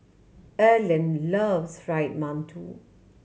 Erland loves Fried Mantou